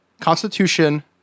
Constitution